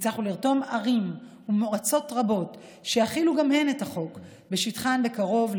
הצלחנו לרתום ערים ומועצות רבות להחיל גם הן את החוק בשטחן בקרוב,